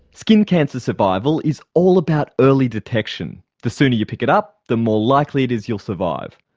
skin cancer survival is all about early detection. the sooner you pick it up, the more likely it is you'll survive.